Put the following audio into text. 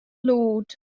lûd